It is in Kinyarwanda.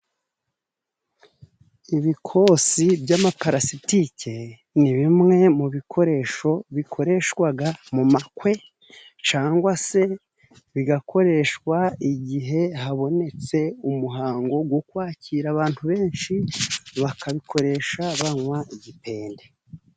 Ibikosi by'amaparalasitike ni bimwe mu bikoresho bikoreshwaga mu makwe, cyangwa se bigakoreshwa igihe habonetse umuhango wo kwakira abantu benshi, bakabikoresha banywa igipende.